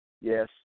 Yes